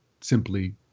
simply